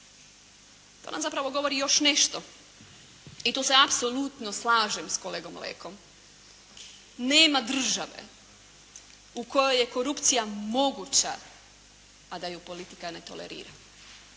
To nam zapravo govori još nešto i tu se apsolutno slažem s kolegom Lekom, nema države u kojoj je korupcija moguća, a da ju politika ne tolerira.